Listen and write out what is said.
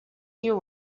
you